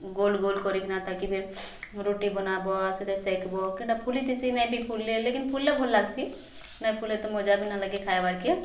goal ଗୋଲ୍ କରି କିନା ତାକେ ଫେର୍ ରୁଟି ବନାବ ଆଉ ସେଟା ସେକ୍ବ କାହିଁ ଟା ଫୁଲି ଥିସି ନାଇଁ ବି ଫୁଲେ ଲେକିନ୍ ଫୁଲ୍ଲେ ଭଲ୍ ଲାଗ୍ସି ନାଇଁ ଫୁଲେ ତ ମଜା ବି ନା ଲାଗେ ଖାବାର୍କେ